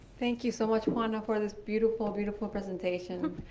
thank you so much, juana, for and this beautiful, beautiful presentation.